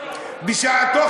בשעתו,